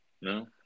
No